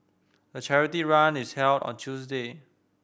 the charity run is held on a Tuesday